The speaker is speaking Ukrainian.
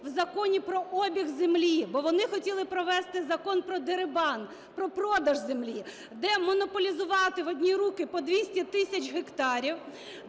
в Законі про обіг землі, бо вони хотіли провести закон про дерибан, про продаж землі, де монополізувати в одні руки по 200 тисяч гектарів,